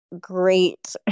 great